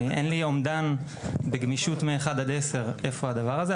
אין לי אומדן בגמישות מ-1 עד 10 איפה הדבר הזה,